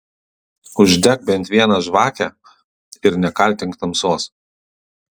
uždek bent vieną žvakę ir nekaltink tamsos